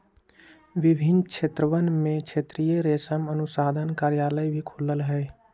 विभिन्न क्षेत्रवन में क्षेत्रीय रेशम अनुसंधान कार्यालय भी खुल्ल हई